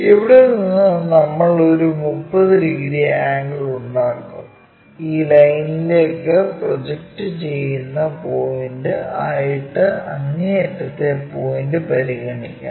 ഇവിടെ നിന്ന് നമ്മൾ ഒരു 30 ഡിഗ്രി ആംഗിൾ ഉണ്ടാക്കും ഈ ലൈനിലേക്ക് പ്രൊജക്റ്റ് ചെയ്യുന്ന പോയിന്റ് ആയിട്ടു അങ്ങേയറ്റത്തെ പോയിന്റ് പരിഗണിക്കാം